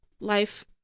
life